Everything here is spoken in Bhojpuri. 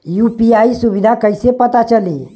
यू.पी.आई सुबिधा कइसे पता चली?